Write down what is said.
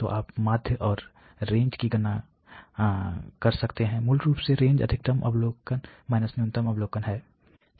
तो आप माध्य और रेंज की गणना कर सकते हैं मूल रूप से रेंज अधिकतम अवलोकन माइनस न्यूनतम अवलोकन है